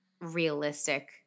realistic